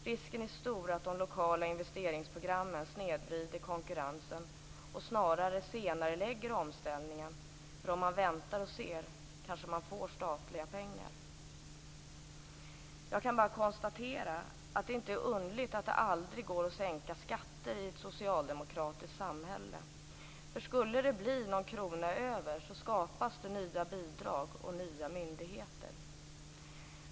Risken är stor att de lokala investeringsprogrammen snedvrider konkurrensen och snarare senarelägger omställningen, för om man väntar och ser kanske man får statliga pengar. Jag kan bara konstatera att det inte är underligt att det aldrig går att sänka skatter i ett socialdemokratiskt samhälle. Skulle det bli någon krona över skapas det nya bidrag och nya myndigheter.